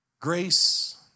grace